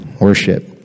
worship